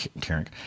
Karen